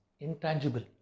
intangible